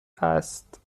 است